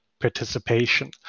participation